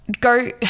go